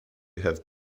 have